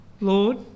Lord